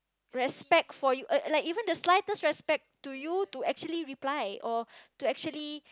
respect for you like even the slightest respect to you to actually reply or to actually